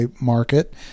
market